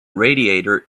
radiator